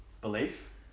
Belief